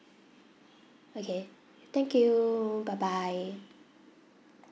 okay thank you bye bye